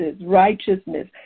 righteousness